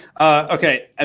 Okay